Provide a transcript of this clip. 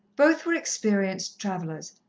both were experienced travellers,